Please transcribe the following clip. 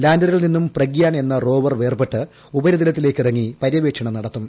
ലാന്ററിൽ നിന്നും പ്രഗ്യാൻ എന്ന റോവർ വേർപെട്ട് ഉപരിതലത്തിലേക്കിറങ്ങി പര്യവേഷണം നടത്തും